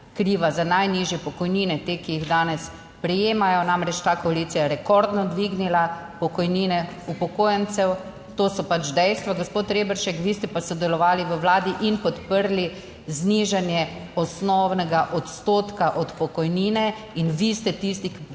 za najnižje pokojnine, te, ki jih danes prejemajo - namreč, ta koalicija je rekordno dvignila pokojnine upokojencev. To so pač dejstva, gospod Reberšek. Vi ste sodelovali v Vladi in podprli znižanje osnovnega odstotka od pokojnine. In vi ste tisti, ki